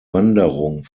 wanderung